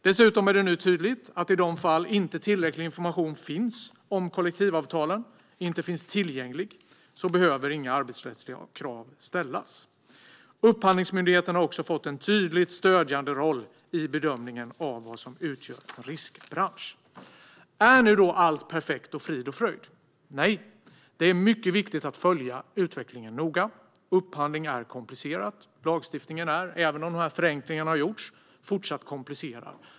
Dessutom är det nu tydligt att i de fall tillräcklig information inte finns tillgänglig om kollektivavtalen behöver inga arbetsrättsliga krav ställas. Upphandlingsmyndigheten har också fått en tydligt stödjande roll i bedömningen av vad som utgör en riskbransch. Är nu allt perfekt och frid och fröjd? Nej, det är mycket viktigt att följa utvecklingen noga. Upphandling är komplicerad. Även om dessa förenklingar har gjorts är lagstiftningen fortfarande komplicerad.